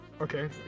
Okay